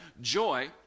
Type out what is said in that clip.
Joy